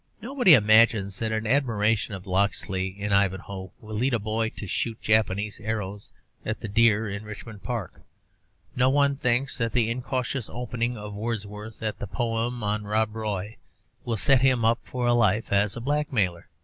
nobody imagines that an admiration of locksley in ivanhoe will lead a boy to shoot japanese arrows at the deer in richmond park no one thinks that the incautious opening of wordsworth at the poem on rob roy will set him up for life as a blackmailer.